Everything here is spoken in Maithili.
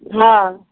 हँ